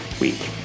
week